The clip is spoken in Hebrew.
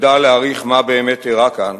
נדע להעריך מה באמת קרה כאן